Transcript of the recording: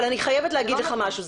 אבל אני חייבת להגיד לך משהו.